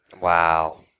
Wow